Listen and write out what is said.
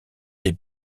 des